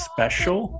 Special